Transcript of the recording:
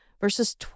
verses